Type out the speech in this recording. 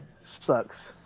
sucks